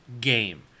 game